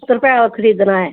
कुछ खरीदना ऐ